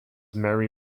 mary